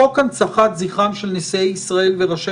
חוק הנצחת זכרם של נשיאי ישראל וראשי